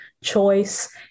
choice